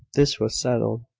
this was settled,